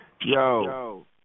Yo